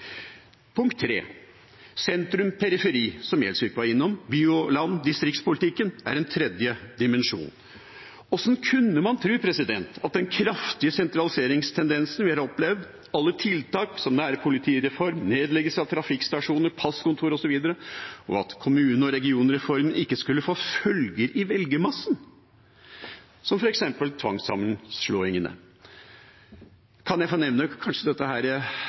som representanten Gjelsvik var innom, by og land – distriktspolitikken – er en tredje dimensjon. Hvordan kunne man tro at den kraftige sentraliseringstendensen vi har opplevd – alle tiltak som nærpolitireform, nedleggelse av trafikkstasjoner, passkontor osv. – og kommune- og regionreformen ikke skulle få følger i velgermassen, som f.eks. tvangssammenslåingene? Kan jeg kanskje